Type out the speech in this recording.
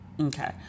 Okay